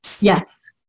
Yes